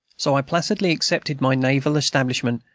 so i placidly accepted my naval establishment,